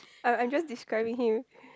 um I'm just describing him